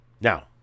Now